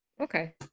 Okay